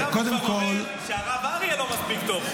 עכשיו הוא כבר אומר שהרב אריה לא מספיק טוב.